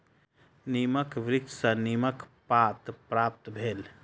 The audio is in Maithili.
नीमक वृक्ष सॅ नीमक पात प्राप्त भेल